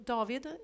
David